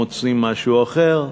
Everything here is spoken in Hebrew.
מוצאים משהו אחר,